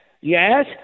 yes